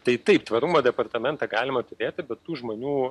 tai taip tvarumo departamentą galima turėti bet tų žmonių